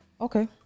okay